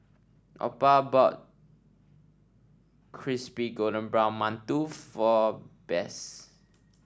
Opal bought Crispy Golden Brown Mantou for Bess